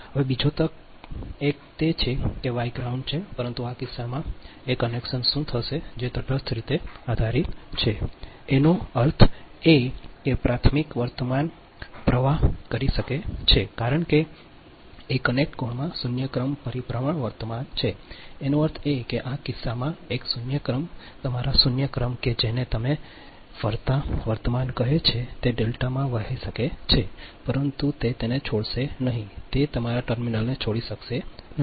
હવે બીજો એક તે છે કે વાય ગ્રાઉન્ડ છે પરંતુ આ કિસ્સામાં એ કનેક્શન શું થશે જે તટસ્થ રીતે આધારીત છે એનો અર્થ એ કે પ્રાથમિક વર્તમાન પ્રવાહ કરી શકે છે કારણ કે એ કનેક્ટેડ ગૌણમાં શૂન્ય ક્રમ પરિભ્રમણ વર્તમાન છે તેનો અર્થ એ કે આ કિસ્સામાં એક શૂન્ય ક્રમ તમારા શૂન્ય ક્રમ કે જેને તમે જેને ફરતા વર્તમાન કહે છે તે ડેલ્ટામાં વહે શકે છે પરંતુ તે તેને છોડશે નહીં તે તમારા ટર્મિનલને છોડી શકશે નહીં